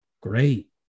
great